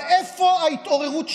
בהחלט,